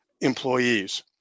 employees